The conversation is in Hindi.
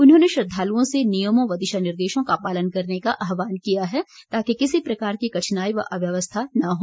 उन्होंने श्रद्वालुओं से नियमों व दिशा निर्देशों का पालन करने का आह्वान किया है ताकि किसी प्रकार की कठिनाई व अव्यवस्था न हो